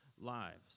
lives